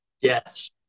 Yes